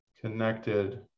connected